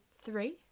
three